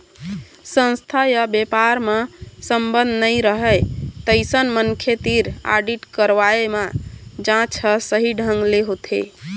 संस्था य बेपार म संबंध नइ रहय तइसन मनखे तीर आडिट करवाए म जांच ह सही ढंग ले होथे